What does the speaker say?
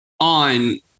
On